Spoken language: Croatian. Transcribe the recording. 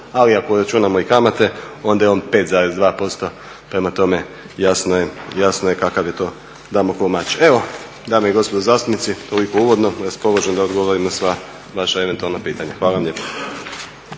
Ali ako računamo i kamate onda je on 5.2%. Prema tome, jasno je kakav je to Damoklov mač. Evo dame i gospodo zastupnici, toliko uvodno. Raspoložen da odgovorim na sva vaša eventualna pitanja. Hvala vam lijepa.